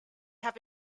have